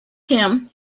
him